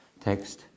text